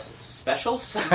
Specials